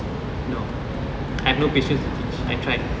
no I have no patience to teach I tried